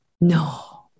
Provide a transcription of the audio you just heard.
no